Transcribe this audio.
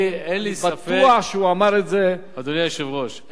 אדוני היושב-ראש,